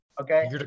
Okay